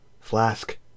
flask